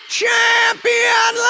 champion